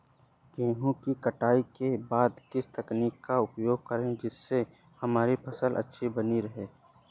गेहूँ की कटाई के बाद किस तकनीक का उपयोग करें जिससे हमारी फसल अच्छी बनी रहे?